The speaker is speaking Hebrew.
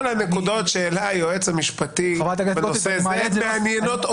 כל הנקודות שהעלה היועץ המשפטי בנושא הזה מעניינות אותנו.